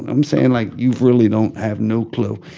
i'm saying, like, you really don't have no clue.